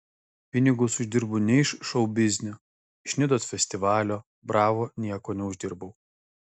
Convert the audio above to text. pinigus uždirbu ne iš šou biznio iš nidos festivalio bravo nieko neuždirbau